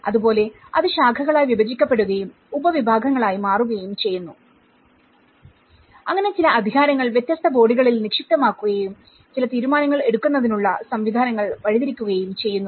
അതുപോലെ അത് ശാഖകളായി വിഭജിക്കപ്പെടുകയും ഉപവിഭാഗങ്ങളായി മാറുകയും ചെയ്യുന്നു അങ്ങനെ ചില അധികാരങ്ങൾ വ്യത്യസ്ത ബോഡികളിൽ നിക്ഷിപ്തമാക്കുകയും ചില തീരുമാനങ്ങൾ എടുക്കുന്നതിനുള്ള സംവിധാനങ്ങൾ വഴിതിരിക്കുകയും ചെയ്യുന്നു